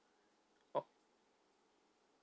ok